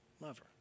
lover